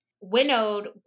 winnowed